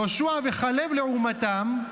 יהושע וכלב, לעומתם,